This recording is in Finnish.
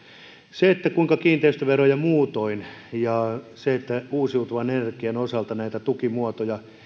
se kuinka kiinteistöveroja muutoin ja uusiutuvan energian osalta näitä tukimuotoja